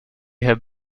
have